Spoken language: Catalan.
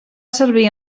servir